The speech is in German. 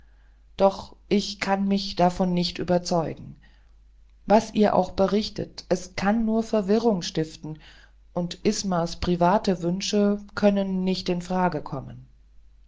doch ich kann mich davon nicht überzeugen was ihr auch berichtet es kann nur verwirrung anstiften und ismas private wünsche können nicht in frage kommen